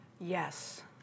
Yes